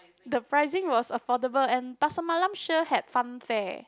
the pricing was affordable and Pasar Malam sure had fun fair